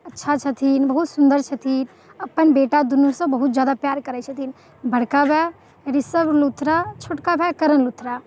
अच्छा छथिन बहुत सुन्दर छथिन अपन बेटा दुनूसँ बहुत ज्यादा प्यार करैत छथिन बड़का भाय ऋषभ लूथरा छोटका भाय करण लूथरा